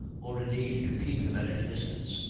or indeed to keep him at any distance.